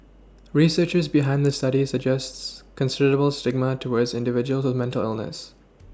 researchers behind the study suggests considerable stigma towards individuals with mental illness